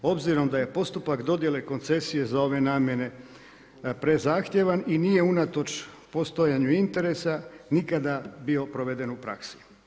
Obzirom da je postupak dodjele koncesije za ove namjene prezahtjevan i nije unatoč postojanju interesa nikada bio proveden u praksi.